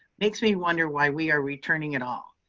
makes me wonder why we are returning at all.